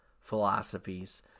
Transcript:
philosophies